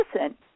listen